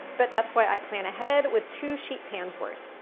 but that's why i plan ahead with two sheet pans worth.